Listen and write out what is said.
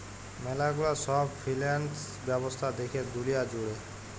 ম্যালা গুলা সব ফিন্যান্স ব্যবস্থা দ্যাখে দুলিয়া জুড়ে